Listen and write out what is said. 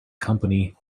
company